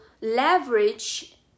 leverage